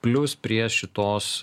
plius prie šitos